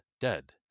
dead